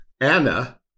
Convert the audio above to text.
Anna